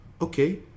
okay